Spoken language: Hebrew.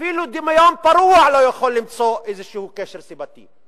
אפילו דמיון פרוע לא יכול למצוא איזשהו קשר סיבתי,